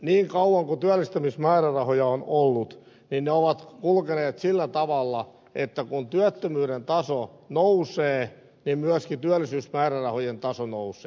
niin kauan kuin työllistämismäärärahoja on ollut ne ovat kulkeneet sillä tavalla että kun työttömyyden taso nousee myöskin työllisyysmäärärahojen taso nousee